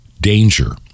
danger